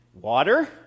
water